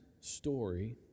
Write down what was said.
story